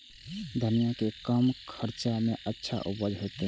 धनिया के कम खर्चा में अच्छा उपज होते?